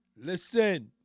listen